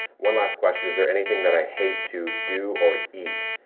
one last question. is there anything that i hate to do or eat?